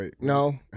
No